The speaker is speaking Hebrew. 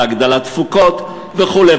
על הגדלת תפוקות וכו'.